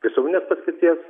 visuomeninės paskirties